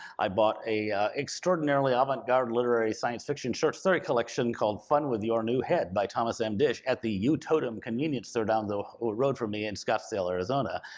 i bought a extraordinarily avant garde literary science fiction short story collection called fun with your new head by thomas m. dish at the you tote em convenience store down the road from me in scottsdale, arizona.